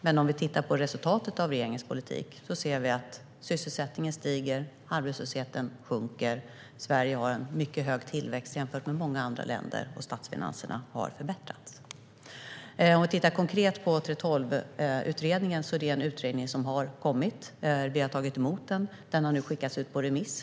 Men tittar vi på resultatet av regeringens politik ser vi att sysselsättningen ökar och arbetslösheten sjunker. Sverige har en mycket hög tillväxt jämfört med många andra länder, och statsfinanserna har förbättrats. Låt oss titta mer konkret på 3:12-utredningen. Det är en utredning som har kommit in, vi har tagit emot den och den har nu skickats ut på remiss.